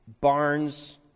Barns